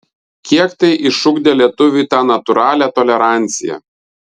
kiek tai išugdė lietuviui tą natūralią toleranciją